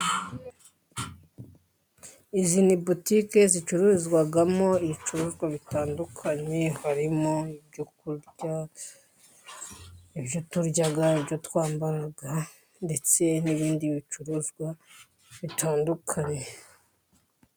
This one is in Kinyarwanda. Izi ni botike zicururizwamo ibicuruzwa bitandukanye, harimo ibyo kurya, ibyo turya, ibyo twambara, ndetse n'ibindi bicuruzwa bitandukanye.